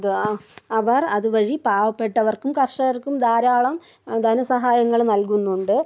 അത് അവർ അതുവഴി പാവപ്പെട്ടവർക്കും കർഷകർക്കും ധാരാളം ധനസഹായങ്ങൾ നൽകുന്നുണ്ട്